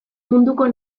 munduko